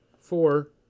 four